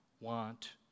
want